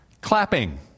Clapping